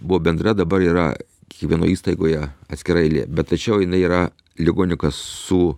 buvo bendra dabar yra kiekvienoje įstaigoje atskira eilė bet tačiau jinai yra ligonių kasų